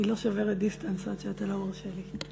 אני לא שוברת דיסטנס עד שאתה לא מרשה לי.